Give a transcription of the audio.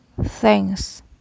Thanks